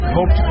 hope